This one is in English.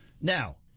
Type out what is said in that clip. Now